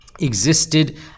existed